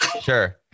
Sure